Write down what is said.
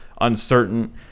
uncertain